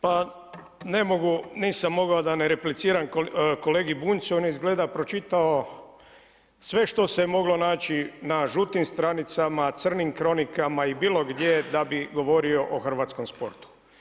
Pa nisam mogao da ne repliciram kolegi Bunjcu, on je izgleda pročitao sve što se moglo naći na žutim stranicama, crnim kronikama i bilo gdje da bi govorio o hrvatskom sportu.